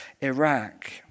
Iraq